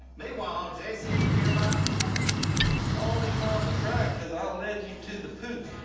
meanwhile, all jase seems to care about is number two. you only found the track cause i led you to the poop.